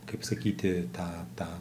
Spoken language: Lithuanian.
kaip sakyti tą tą